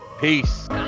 peace